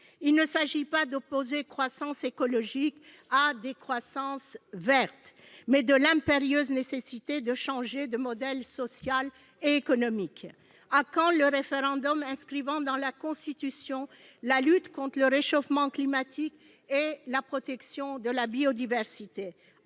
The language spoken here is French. Il s'agit non pas d'opposer « croissance écologique » et « décroissance verte », mais de l'impérieuse nécessité de changer de modèle social et économique. À quand le référendum visant à inscrire dans la Constitution la lutte contre le réchauffement climatique et la protection de la biodiversité ?